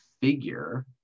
figure